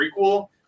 prequel